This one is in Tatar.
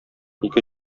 ике